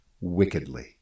wickedly